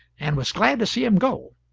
and was glad to see him go.